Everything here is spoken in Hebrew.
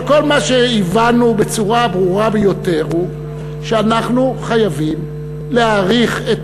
אבל כל מה שהבנו בצורה הברורה ביותר הוא שאנחנו חייבים להאריך את